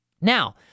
Now